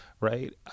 right